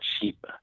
cheap